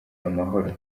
amahoro